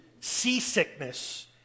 seasickness